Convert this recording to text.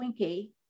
Twinkie